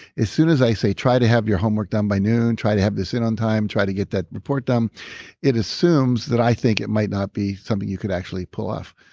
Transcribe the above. as soon as i say, try to have your homework done by noon, try to have this in on time, try to get that report it assumes that i think it might not be something you could actually pull off.